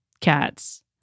Cats